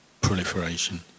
proliferation